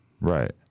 Right